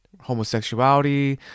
homosexuality